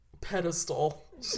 pedestal